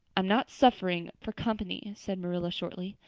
i'm not suffering for company, said marilla shortly.